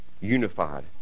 unified